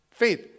faith